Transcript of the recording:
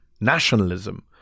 nationalism